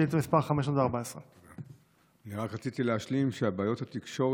שאילתה מס' 514. אני רק רציתי להשלים שבעיות התקשורת